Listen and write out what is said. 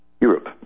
Europe